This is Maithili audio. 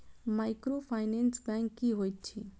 माइक्रोफाइनेंस बैंक की होइत अछि?